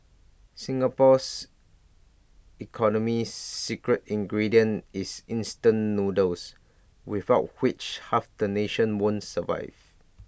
Singapore's economy's secret ingredient is instant noodles without which half the nation won't survive